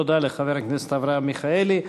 תודה לחבר הכנסת מיכאלי.